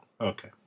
Okay